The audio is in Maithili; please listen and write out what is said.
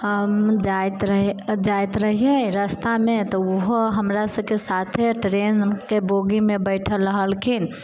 हम जाइत रहियै रास्तामे तऽ ओहो हमरा सभकेँ साथे ट्रेनके बोगीमे बैठल रहलखिन